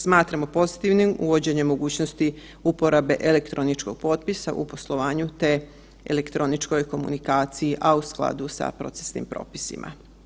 Smatramo pozitivnim uvođenje mogućnosti uporabe elektroničkog potpisa u poslovanju, te elektroničkoj komunikaciji, a u skladu sa procesnim propisima.